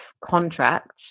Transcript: contract